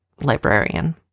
librarian